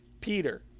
Peter